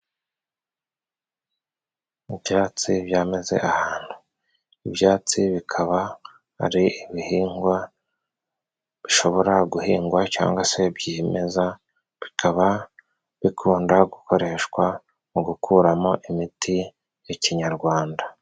Ibyatsi byameze ahantu. Ibyatsi bikaba ari ibihingwa bishobora guhingwa cyangwa se byimeza, bikaba bikunda gukoreshwa mu gukuramo imiti y'ikinyarwanda.